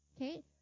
Okay